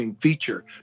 feature